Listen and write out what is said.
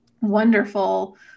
wonderful